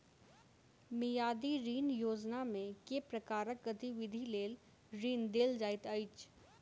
मियादी ऋण योजनामे केँ प्रकारक गतिविधि लेल ऋण देल जाइत अछि